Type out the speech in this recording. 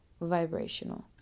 vibrational